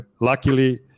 luckily